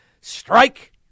Strike